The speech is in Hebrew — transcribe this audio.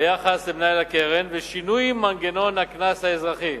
ביחס למנהל הקרן, ושינוי מנגנון הקנס האזרחי.